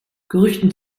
gerüchten